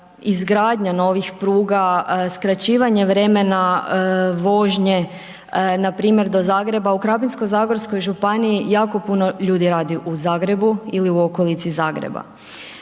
izgradnja novih pruga, skraćivanje vremena vožnje, npr. do Zagreba, u Krapinsko-zagorskoj županiji jako puno ljudi radi u Zagrebu ili u okolici Zagreba.